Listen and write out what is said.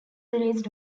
released